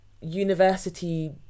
university